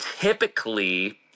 typically